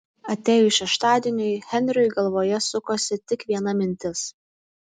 atėjus šeštadieniui henriui galvoje sukosi tik viena mintis